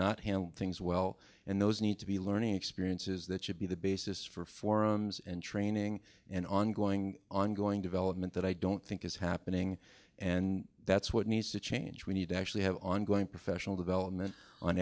not handled things well and those need to be learning experiences that should be the basis for forums and training and ongoing ongoing development that i don't think is happening and that's what needs to change we need to actually have ongoing professional development on